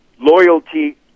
loyalty